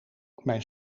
mijn